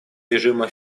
режима